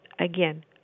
again